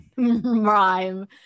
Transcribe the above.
Rhyme